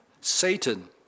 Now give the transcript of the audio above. Satan